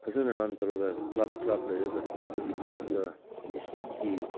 ꯐꯖꯅ ꯔꯟ ꯇꯧꯔꯒ ꯀꯂꯕ ꯀꯂꯕ ꯂꯩꯔꯒ ꯁꯥꯟꯅꯕꯒꯤꯗꯃꯛꯇ ꯗꯤꯁꯇ꯭ꯔꯤꯛꯀꯤ